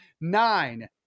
Nine